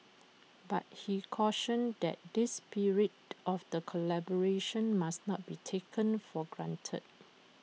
but he cautioned that this spirit of the collaboration must not be taken for granted